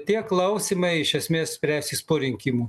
tie klausimai iš esmės spręsis po rinkimų